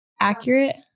accurate